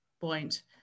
point